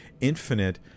infinite